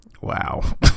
Wow